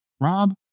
Rob